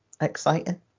exciting